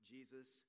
Jesus